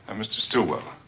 mr. stillwell.